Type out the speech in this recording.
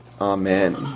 Amen